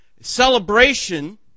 celebration